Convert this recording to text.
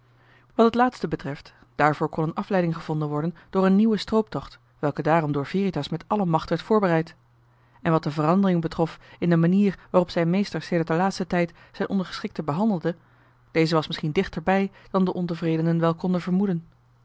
wat het laatste betreft daarvoor kon een afleiding gevonden worden door een nieuwen strooptocht welke daarom door veritas met alle macht werd voorbereid joh h been paddeltje de scheepsjongen van michiel de ruijter en wat de verandering betrof in de manier waarop zijn meester sedert den laatsten tijd zijn ondergeschikten behandelde deze was misschien dichter bij dan de ontevredenen wel konden vermoeden